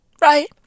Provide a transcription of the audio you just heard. right